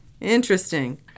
Interesting